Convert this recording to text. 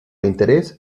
interés